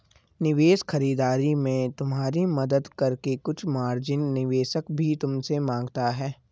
निवेश खरीदारी में तुम्हारी मदद करके कुछ मार्जिन निवेशक भी तुमसे माँगता है